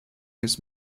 his